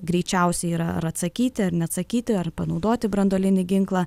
greičiausiai yra ar atsakyti ar neatsakyti ar panaudoti branduolinį ginklą